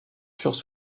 furent